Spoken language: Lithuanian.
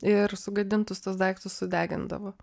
ir sugadintus tuos daiktus sudegindavo